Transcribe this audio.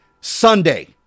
Sunday